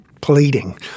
pleading